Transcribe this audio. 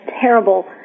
terrible